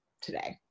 today